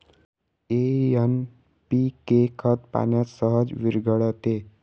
NPK खत पाण्यात सहज विरघळते